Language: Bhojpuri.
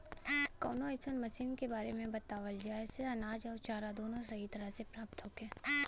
कवनो अइसन मशीन के बारे में बतावल जा जेसे अनाज अउर चारा दोनों सही तरह से प्राप्त होखे?